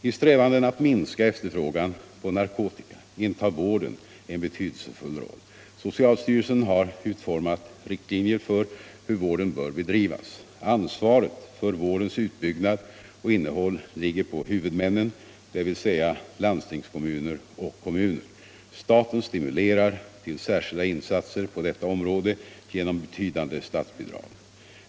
I strävandena att minska efterfrågan på narkotika intar vården en betydelsefull roll. Socialstyrelsen har utformat riktlinjer för hur vården bör bedrivas. Ansvaret för vårdens utbyggnad och innehåll ligger på huvudmännen, dvs. landstingskommuner och kommuner. Staten stimulerar till särskilda insatser på detta vårdområde genom betydande statsbidrag.